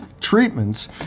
Treatments